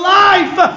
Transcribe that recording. life